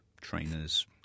trainers